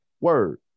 Word